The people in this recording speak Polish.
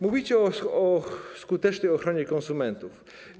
Mówicie o skutecznej ochronie konsumentów.